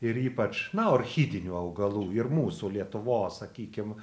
ir ypač na orchidinių augalų ir mūsų lietuvos sakykim